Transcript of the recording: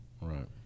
Right